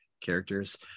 characters